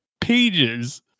pages